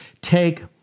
Take